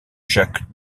jacques